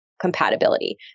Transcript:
compatibility